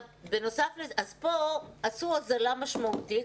פה עשו הוזלה משמעותית.